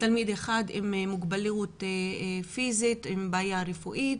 תלמיד אחד עם מוגבלות פיזית ועם בעיה רפואית.